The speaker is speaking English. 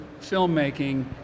filmmaking